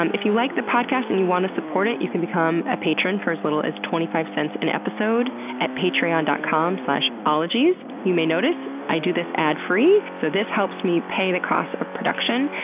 um if you like the podcast and you want to support it you can become a patron for as little as twenty five cents an episode at patreon dot com slash ologies. you may notice i do this ad-free so this helps me pay the costs of production.